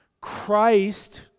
Christ